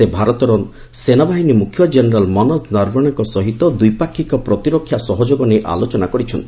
ସେ ଭାରତର ସେନାବାହିନୀ ମୁଖ୍ୟ ଜେନେରାଲ୍ ମନୋଜ ନର୍ବଶେଙ୍କ ସହ ଦ୍ୱିପାକ୍ଷିକ ପ୍ରତିରକ୍ଷା ସହଯୋଗ ନେଇ ଆଲୋଚନା କରିଛନ୍ତି